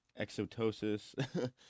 exotosis